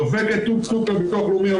דופקת טוק טוק לביטוח לאומי,